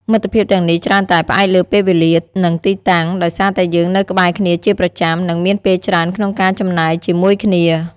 មិត្តភាពទាំងនេះច្រើនតែ ផ្អែកលើពេលវេលា និងទីតាំង ដោយសារតែយើងនៅក្បែរគ្នាជាប្រចាំ និងមានពេលច្រើនក្នុងការចំណាយជាមួយគ្នា។